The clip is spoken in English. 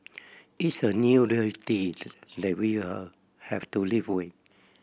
it's a new reality that we'll have to live with